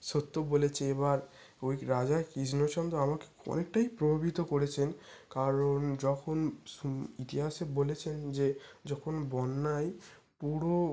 সত্য বলেছে এবার ওই রাজা কৃষ্ণচন্দ্র আমাকে অনেকটাই প্রভাবিত করেছেন কারণ যখন ইতিহাসে বলেছেন যে যখন বন্যায় পুরো